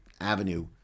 avenue